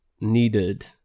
needed